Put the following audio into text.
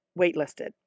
waitlisted